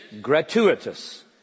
gratuitous